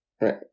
Right